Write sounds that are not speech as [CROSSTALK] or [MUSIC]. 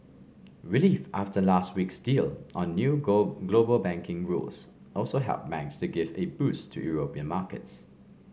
relief after last week's deal on new [UNINTELLIGIBLE] global banking rules also helped banks to give a boost to European markets